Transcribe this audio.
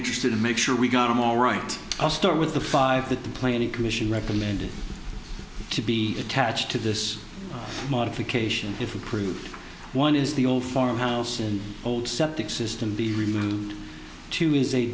interested in make sure we got them all right i'll start with the five that the planning commission recommended to be attached to this modification if approved one is the old farmhouse in old septic system be removed to